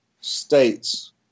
states